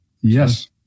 Yes